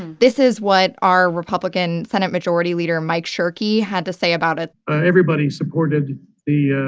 this is what our republican senate majority leader mike shirkey had to say about it everybody supported the yeah